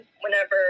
whenever